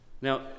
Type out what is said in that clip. Now